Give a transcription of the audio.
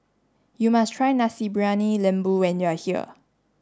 you must try Nasi Briyani Lembu when you are here